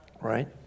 right